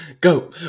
Go